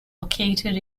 located